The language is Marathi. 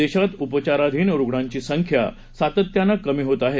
देशात उपाचाराधीन रुग्णांची संख्या सातत्यानं कमी होत आहे